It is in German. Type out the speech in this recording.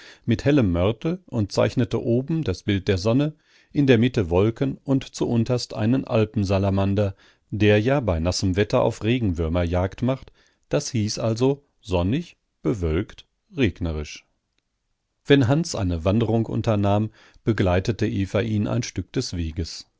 mit hellem mörtel und zeichnete oben das bild der sonne in der mitte wolken und zuunterst einen alpensalamander der ja bei nassem wetter auf regenwürmer jagd macht das hieß also sonnig bewölkt regnerisch wenn hans eine wanderung unternahm begleitete eva ihn ein stück weges